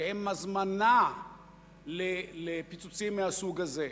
שהם הזמנה לפיצוצים מהסוג הזה.